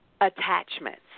attachments